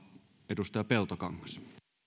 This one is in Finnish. edustaja peltokangas